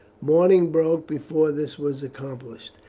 morning broke before this was accomplished,